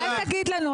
אז אל תגיד לנו,